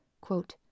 quote